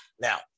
Now